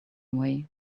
away